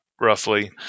roughly